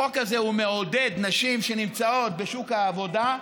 החוק הזה מעודד נשים שנמצאות בשוק העבודה,